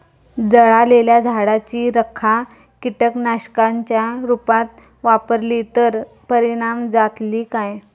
जळालेल्या झाडाची रखा कीटकनाशकांच्या रुपात वापरली तर परिणाम जातली काय?